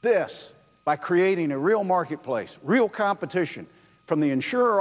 this by creating a real marketplace real competition from the insure